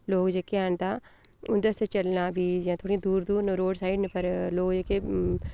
लोक जेह्के हैन तां उं'दे आस्तै चलना बी दूर दूर बी रोड़ साईड़ न लोग जेह्के